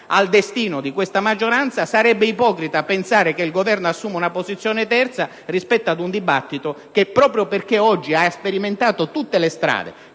al destino di questa maggioranza, sarebbe ipocrita pensare che il Governo assuma una posizione terza rispetto a un dibattito che, proprio perché oggi ha sperimentato tutte le strade